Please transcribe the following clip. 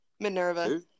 Minerva